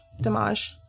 Damage